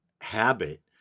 habit